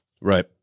right